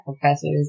professors